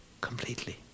Completely